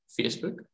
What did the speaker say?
Facebook